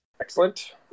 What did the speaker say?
Excellent